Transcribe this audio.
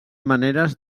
maneres